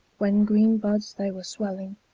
when green buds they were swelling,